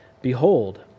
Behold